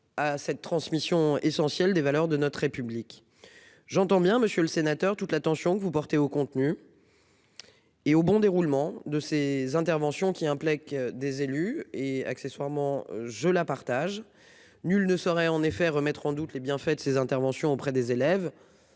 à cette transmission essentielle des valeurs de notre République. J'entends bien monsieur le sénateur, toute l'attention que vous portez au contenu. Et au bon déroulement de ces interventions qui impliquent des élus et accessoirement je la partage. Nul ne saurait en effet remettre en doute les bienfaits de ses interventions auprès des élèves.